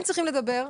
הם צריכים לדבר.